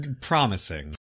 Promising